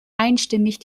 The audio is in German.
einstimmig